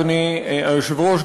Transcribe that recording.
אדוני היושב-ראש,